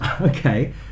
Okay